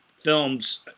films